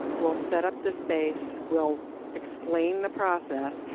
we'll set up the space, we'll explain the process,